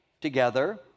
together